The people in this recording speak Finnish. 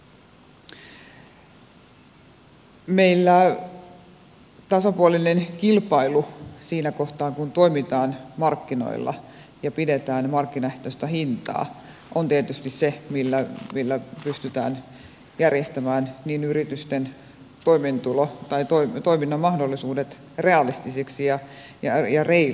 meillä tasapuolinen kilpailu siinä kohtaa kun toimitaan markkinoilla ja pidetään markkinaehtoista hintaa on tietysti se millä pystytään järjestämään yritysten toiminnan mahdollisuudet realistisiksi ja reiluiksi